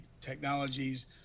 technologies